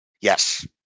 Yes